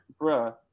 Bruh